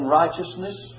righteousness